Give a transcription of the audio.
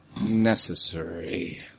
necessary